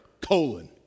colon